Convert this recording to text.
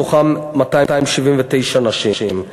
מתוכן 279 נשים.